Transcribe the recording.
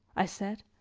i said,